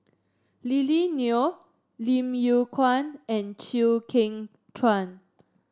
Lily Neo Lim Yew Kuan and Chew Kheng Chuan